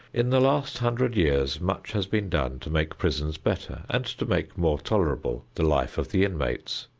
in the last hundred years much has been done to make prisons better and to make more tolerable the life of the inmates.